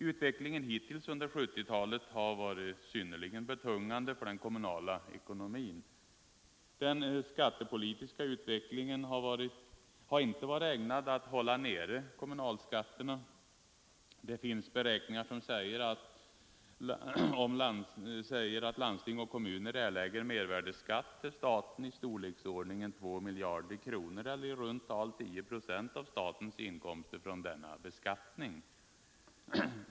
Utvecklingen hittills under 1970-talet har varit synnerligen betungande för den kommunala ekonomin. Den skattepolitiska utvecklingen har inte varit ägnad att hålla nere kommunalskatterna. Det finns beräkningar som säger att landsting och kommuner erlägger mervärdesskatt till staten av storleksordningen 2 miljarder kronor eller i runt tal 10 procent av statens inkomster från denna beskattning.